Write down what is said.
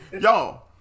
y'all